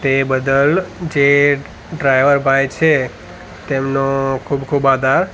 તે બદલ જે ડ્રાઈવર ભાઈ છે તેમનો ખૂબ ખૂબ આભાર